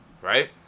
right